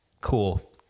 Cool